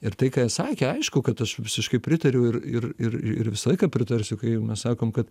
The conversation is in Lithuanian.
ir tai ką sakė aišku kad aš visiškai pritariu ir ir ir ir visą laiką pritarsiu kai mes sakom kad